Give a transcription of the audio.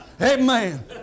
Amen